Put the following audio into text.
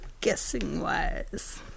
guessing-wise